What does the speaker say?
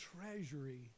treasury